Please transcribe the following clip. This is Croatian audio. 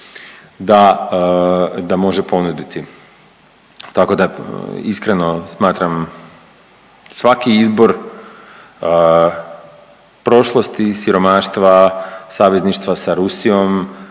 da može ponuditi tako da iskreno smatram svaki izbor prošlosti i siromaštva, savezništva sa Rusijom